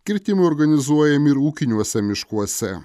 kirtimai organizuojami ir ūkiniuose miškuose